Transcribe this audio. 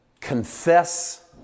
confess